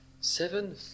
seven